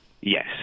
Yes